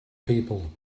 people